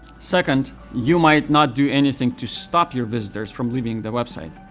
second, you might not do anything to stop your visitors from leaving the website.